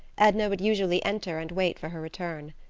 edna would usually enter and wait for her return.